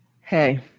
Hey